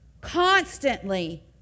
Constantly